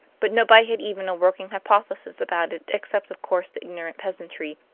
but nobody had even a working hypothesis about it, except of course the ignorant peasantry,